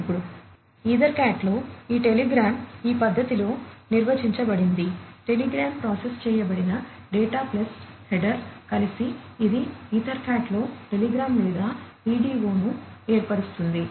ఇప్పుడు ఈథర్కాట్లో ఈ టెలిగ్రామ్ ఈ పద్ధతిలో నిర్వచించబడింది టెలిగ్రామ్ ప్రాసెస్ చేయబడిన డేటా ప్లస్ హెడర్ కలిసి ఇది ఈథర్కాట్లో టెలిగ్రామ్ లేదా పిడిఓను ఏర్పరుస్తుంది